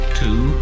two